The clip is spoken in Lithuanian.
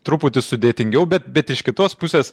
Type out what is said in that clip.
truputį sudėtingiau bet bet iš kitos pusės